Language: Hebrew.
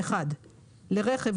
לרכב,